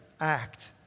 act